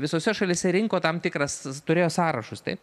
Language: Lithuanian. visose šalyse rinko tam tikras turėjo sąrašus taip